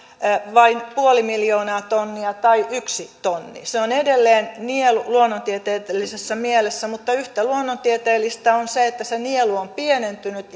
vain puoli miljoonaa tonnia tai yksi tonni se on edelleen nielu luonnontieteellisessä mielessä mutta yhtä luonnontieteellistä on se että se nielu on pienentynyt